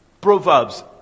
Proverbs